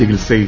ചികിത്സയിൽ